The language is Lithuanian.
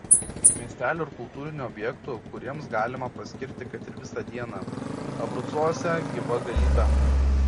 miestelių ir kultūrinių objektų kuriems galima paskirti kad ir visą dieną abrucuose gyva galybė